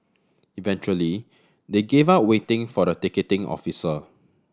eventually they gave up waiting for the ticketing officer